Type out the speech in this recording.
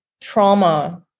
trauma